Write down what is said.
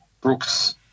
Brooks